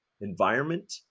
environment